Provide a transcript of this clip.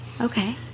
okay